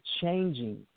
changing